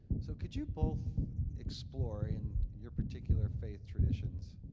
so could you both explore in your particular faith traditions